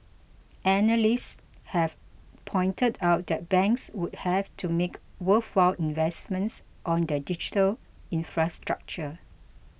analysts have pointed out that banks would have to make worthwhile investments on their digital infrastructure